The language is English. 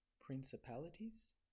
principalities